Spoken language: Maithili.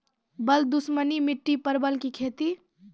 बल दुश्मनी मिट्टी परवल की खेती?